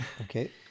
Okay